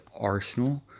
Arsenal